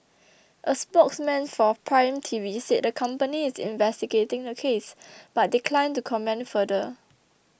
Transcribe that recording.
a spokesman for Prime Taxi said the company is investigating the case but declined to comment further